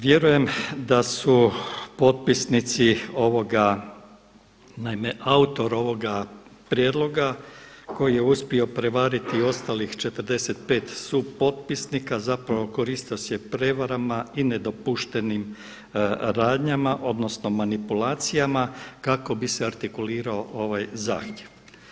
Vjerujem da su potpisnici ovoga, naime autor ovoga prijedloga koji je uspio prevariti i ostalih 45 supotpisnika zapravo koristio se prevarama i nedopuštenim radnjama odnosno manipulacijama kako bi se artikulirao ovaj zahtjev.